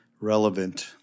relevant